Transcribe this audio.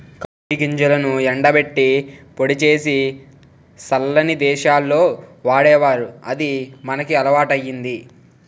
copy గింజలను ఎండబెట్టి పొడి సేసి సల్లని దేశాల్లో వాడేవారు అది మనకి అలవాటయ్యింది